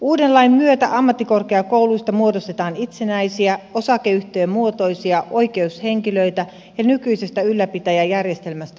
uuden lain myötä ammattikorkeakouluista muodostetaan itsenäisiä osakeyhtiömuotoisia oikeushenkilöitä ja nykyisestä ylläpitäjä järjestelmästä luovutaan